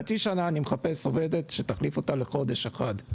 חצי שנה אני מחפש עובדת שתחליף אותה לחודש אחד.